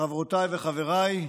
חברותיי וחבריי,